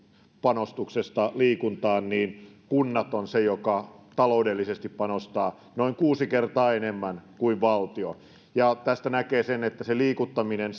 panostuksesta liikuntaan niin kunnat ovat ne jotka taloudellisesti panostavat noin kuusi kertaa enemmän kuin valtio ja tästä näkee sen että se liikuttaminen